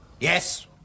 Yes